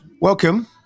Welcome